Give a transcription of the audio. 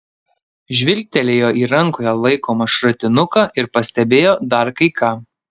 žvilgtelėjo į rankoje laikomą šratinuką ir pastebėjo dar kai ką